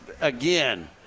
again